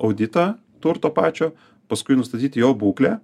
auditą turto pačio paskui nustatyt jo būklę